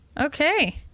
Okay